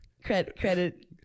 Credit